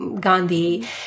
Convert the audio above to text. Gandhi